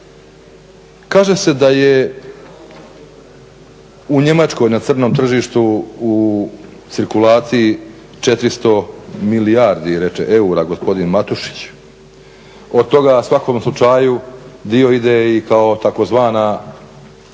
Kaže se da je u Njemačkoj na crnom tržištu u cirkulaciji 400 milijardi eura reče gospodin Matušić. Od toga u svakom slučaju dio ide i kao tzv.